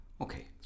Okay